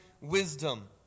wisdom